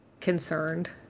concerned